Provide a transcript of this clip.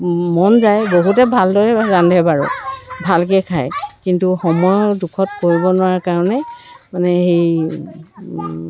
মন যায় বহুতে ভালদৰে ৰান্ধে বাৰু ভালকৈ খায় কিন্তু সময়ৰ দোষত কৰিব নোৱাৰা কাৰণে মানে সেই